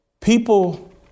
people